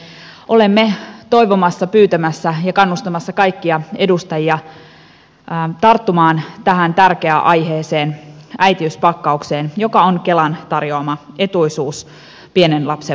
olemme toivomassa pyytämässä ja kannustamassa kaikkia edustajia tarttumaan tähän tärkeään aiheeseen äitiyspakkaukseen joka on kelan tarjoama etuisuus pienen lapsen vanhemmille